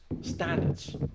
standards